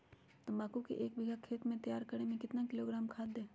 तम्बाकू के एक बीघा खेत तैयार करें मे कितना किलोग्राम खाद दे?